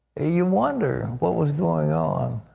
you wonder what was going on.